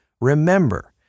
Remember